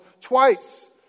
twice